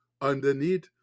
underneath